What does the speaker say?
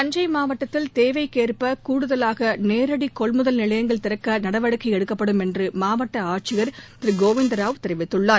தஞ்சை மாவட்டத்தில் தேவைக்கேற்ப கூடுதவாக நேரடி கொள்முதல் நிலையங்கள் திறக்க நடவடிக்கை எடுக்கப்படும் என்று மாவட்ட ஆட்சியர் திரு கோவிந்தராவ் தெரிவித்துள்ளார்